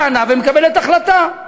דנה וקיבלה החלטה.